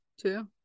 Two